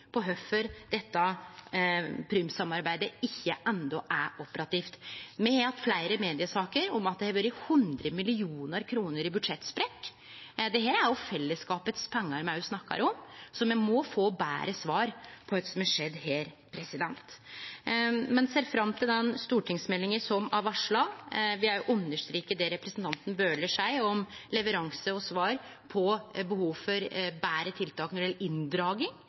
på kvifor dette Prüm-samarbeidet enno ikkje er operativt. Me har hatt fleire mediesaker om at det har vore 100 mill. kr i budsjettsprekk. Det er fellesskapet sine pengar me snakkar om, så me må få betre svar på kva som har skjedd her. Eg ser fram til den stortingsmeldinga som er varsla. Eg vil òg understreke det representanten Bøhler seier om leveranse og svar på behov for betre tiltak når det gjeld inndraging.